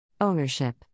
Ownership